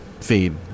feed